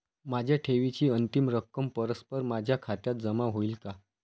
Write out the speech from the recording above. माझ्या ठेवीची अंतिम रक्कम परस्पर माझ्या खात्यात जमा होईल का?